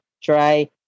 try